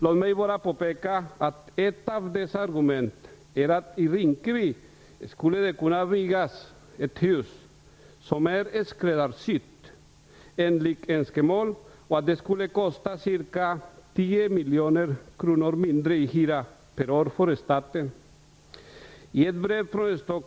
Låt mig bara påpeka att ett av dessa argument är att det i Rinkeby skulle kunna byggas ett hus som är skräddarsytt enligt önskemål, och det skulle kosta ca 10 miljoner kronor mindre i hyra per år för staten.